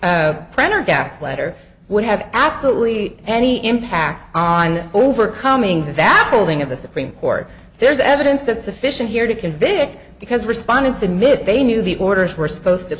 prendergast letter would have absolutely any impact on overcoming the battle ing of the supreme court there's evidence that sufficient here to convict because respondents admit they knew the orders were supposed to